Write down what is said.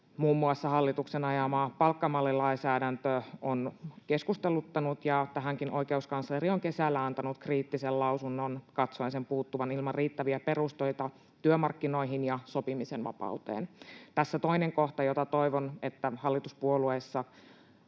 muun muassa hallituksen ajama palkkamallilainsäädäntö on keskusteluttanut. Tähänkin oikeuskansleri on kesällä antanut kriittisen lausuntonsa katsoen sen puuttuvan ilman riittäviä perusteita työmarkkinoihin ja sopimisen vapauteen. Tässä toinen kohta, jota toivon, että hallituspuolueissa